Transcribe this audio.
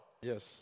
Yes